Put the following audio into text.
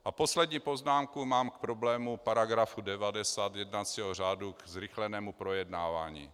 A poslední poznámku mám k problému § 90 jednacího řádu, ke zrychlenému projednávání.